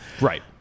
Right